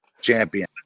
champion